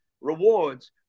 rewards